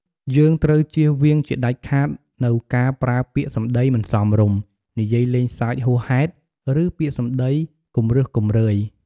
យើងត្រូវជៀសវាងជាដាច់ខាតនូវការប្រើពាក្យ សំដីមិនសមរម្យ និយាយលេងសើចហួសហេតុ ឬពាក្យសម្ដីគំរោះគំរើយ។